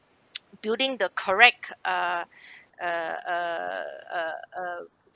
building the correct ah uh uh uh uh